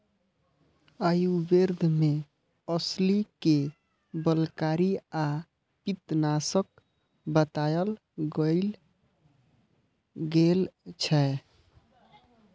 आयुर्वेद मे अलसी कें बलकारी आ पित्तनाशक बताएल गेल छै